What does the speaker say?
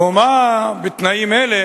ומה בתנאים אלה